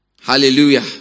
hallelujah